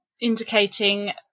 indicating